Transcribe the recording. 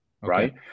right